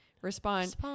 respond